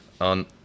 on